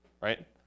right